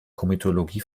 komitologie